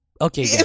Okay